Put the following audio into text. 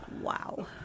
Wow